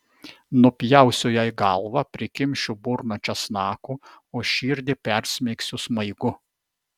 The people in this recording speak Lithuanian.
nupjausiu jai galvą prikimšiu burną česnakų o širdį persmeigsiu smaigu